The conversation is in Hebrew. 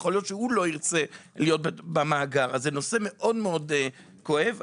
זהו נושא מאוד כואב.